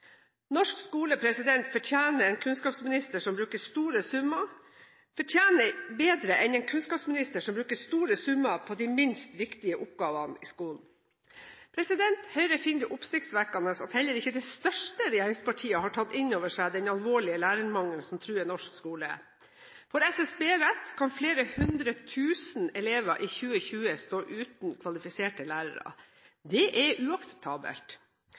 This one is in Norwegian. Norsk skole fortjener bedre enn en kunnskapsminister som bruker store summer på de minst viktige oppgavene i skolen. Høyre finner det oppsiktsvekkende at heller ikke det største regjeringspartiet har tatt inn over seg den alvorlige lærermangelen som truer norsk skole. Får SSB rett, kan flere hundre tusen elever i 2020 stå uten kvalifiserte lærere. Det er uakseptabelt.